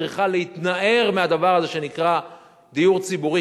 צריכה להתנער מהדבר הזה שנקרא דיור ציבורי,